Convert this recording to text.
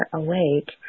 awake